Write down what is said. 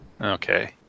Okay